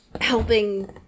helping